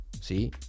See